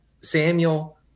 Samuel